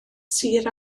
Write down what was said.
sir